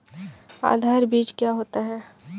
आधार बीज क्या होता है?